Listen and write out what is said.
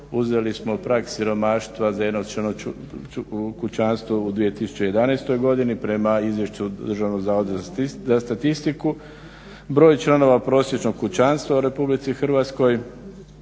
Uzeli smo prag siromaštva za jednočlano kućanstvo u 2011. godini prema Izvješću Državnog zavoda za statistiku, broj članova prosječnog kućanstva u RH, omjer ukupnog